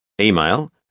Email